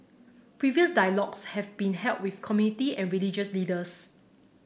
previous dialogues have been held with committee and religious leaders